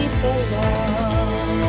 belong